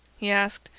he asked,